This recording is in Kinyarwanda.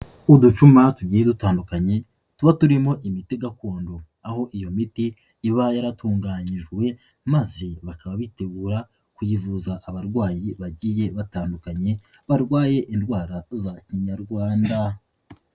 uducuma tugiye dutandukanye tuba turimo imiti gakondo, aho iyo miti iba yaratunganyijwe maze bakaba bitegura kuyivuza abarwayi bagiye batandukanye barwaye indwara za kinyarwanda.